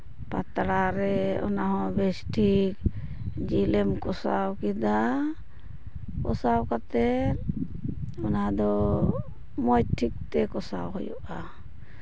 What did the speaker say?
ᱯᱟᱛᱲᱟ ᱨᱮ ᱚᱱᱟ ᱦᱚᱸ ᱵᱮᱥ ᱴᱷᱤᱠ ᱡᱤᱞᱮᱢ ᱠᱚᱥᱟᱣ ᱠᱮᱫᱟ ᱠᱚᱥᱟᱣ ᱠᱟᱛᱮᱫ ᱚᱱᱟ ᱫᱚ ᱢᱚᱡᱽ ᱴᱷᱤᱠ ᱛᱮ ᱠᱚᱥᱟᱣ ᱦᱩᱭᱩᱜᱼᱟ